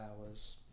hours